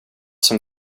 som